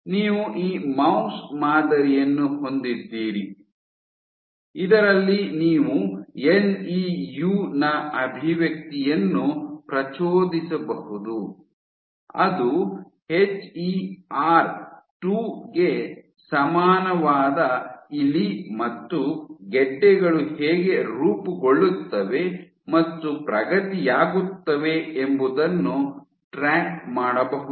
ನೀವು ಈ ಮೌಸ್ ಮಾದರಿಯನ್ನು ಹೊಂದಿದ್ದೀರಿ ಇದರಲ್ಲಿ ನೀವು ಎನ್ ಇ ಯು ನ ಅಭಿವ್ಯಕ್ತಿಯನ್ನು ಪ್ರಚೋದಿಸಬಹುದು ಅದು ಎಚ್ ಇ ಆರ್ 2 ಗೆ ಸಮಾನವಾದ ಇಲಿ ಮತ್ತು ಗೆಡ್ಡೆಗಳು ಹೇಗೆ ರೂಪುಗೊಳ್ಳುತ್ತವೆ ಮತ್ತು ಪ್ರಗತಿಯಾಗುತ್ತವೆ ಎಂಬುದನ್ನು ಟ್ರ್ಯಾಕ್ ಮಾಡಬಹುದು